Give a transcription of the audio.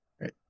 Right